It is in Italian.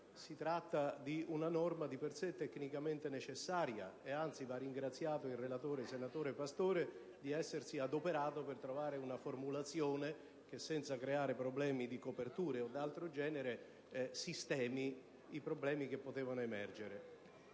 si tratta di una norma tecnicamente necessaria e anzi va ringraziato il relatore, senatore Pastore, di essersi adoperato per trovare una formulazione che, senza creare problemi di copertura o di altro genere, sistemi i problemi che sarebbero